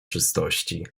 czystości